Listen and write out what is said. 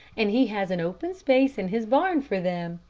and he has an open space in his barn for them,